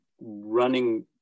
running